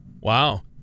Wow